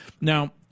Now